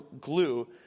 glue